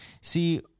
See